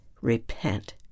repent